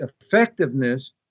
effectiveness